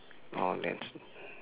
orh that's